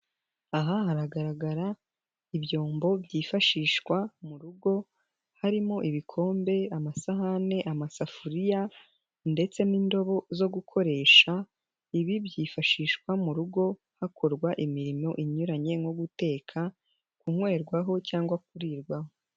Aha haragaragara ibyombo byifashishwa mu rugo harimo ibikombe, amasahane, amasafuriya ndetse n'indobo zo gukoresha. Ibi byifashishwa mu rugo hakorwa imirimo inyuranye nko guteka, kunywerwaho cyangwa kurirwaho.